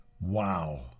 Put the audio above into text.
Wow